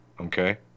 Okay